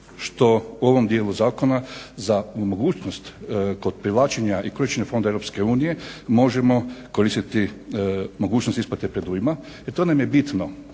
što u ovom dijelu zakona za nemogućnost kod privlačenja i korištenja fondova Europske unije možemo koristiti mogućnost isplate predujma i to nam je bitno.